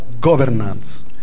governance